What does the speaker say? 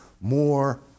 more